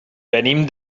venim